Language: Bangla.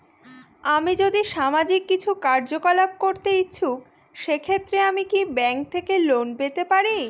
আমি যদি সামাজিক কিছু কার্যকলাপ করতে ইচ্ছুক সেক্ষেত্রে আমি কি ব্যাংক থেকে লোন পেতে পারি?